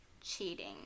cheating